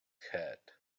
head